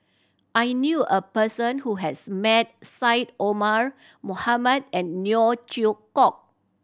I knew a person who has met Syed Omar Mohamed and Neo Chwee Kok